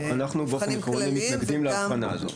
אנחנו באופן עקרוני מתנגדים להבחנה הזאת.